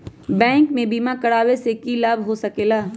Bank से बिमा करावे से की लाभ होई सकेला?